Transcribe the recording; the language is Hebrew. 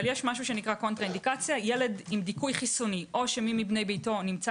אבל ילד עם דיכוי חיסוני או שמבני מבני ביתו נמצא